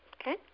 Okay